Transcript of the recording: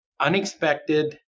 unexpected